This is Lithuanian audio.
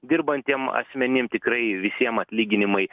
dirbantiem asmenim tikrai visiem atlyginimai